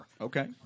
Okay